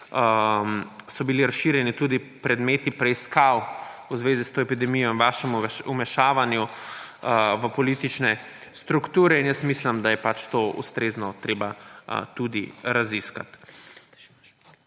so bili razširjeni tudi predmeti preiskav v zvezi s to epidemijo in vašim vmešavanjem v politične strukture in mislim, da je to ustrezno treba tudi raziskati.